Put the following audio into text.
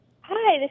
Hi